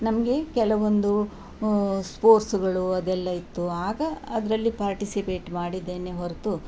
ನಮಗೆ ಕೆಲವೊಂದು ಸ್ಪೋರ್ಟ್ಸ್ಗಳು ಅದೆಲ್ಲ ಇತ್ತು ಆಗ ಅದರಲ್ಲಿ ಪಾರ್ಟಿಸಿಪೇಟ್ ಮಾಡಿದ್ದೇನೆ ಹೊರತು